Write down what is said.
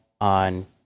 on